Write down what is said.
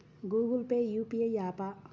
Google Pay UPI య్యాపా?